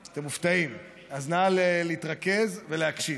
אתם מופתעים, אז נא להתרכז ולהקשיב.